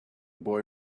boy